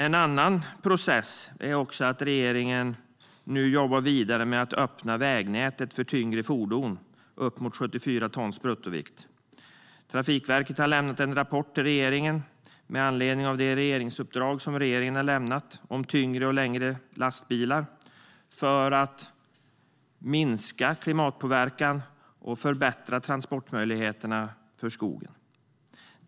En annan process är att regeringen jobbar vidare med att öppna vägnätet för tyngre fordon upp till 74 tons bruttovikt. Trafikverket har lämnat en rapport till regeringen med anledning av regeringsuppdraget om tyngre och längre lastbilar för att minska klimatpåverkan och förbättra transportmöjligheterna för skogen.